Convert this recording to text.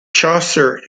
chaucer